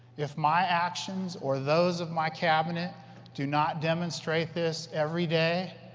if my actions or those of my cabinet do not demonstrate this every day,